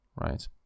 right